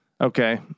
Okay